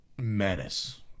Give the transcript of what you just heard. menace